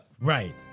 Right